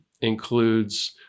includes